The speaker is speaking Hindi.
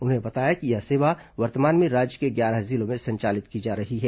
उन्होंने बताया कि यह सेवा वर्तमान में राज्य के ग्यारह जिलों में संचालित की जा रही है